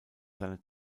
seine